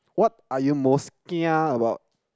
what are you most kia about